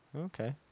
Okay